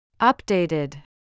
Updated